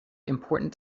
important